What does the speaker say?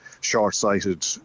short-sighted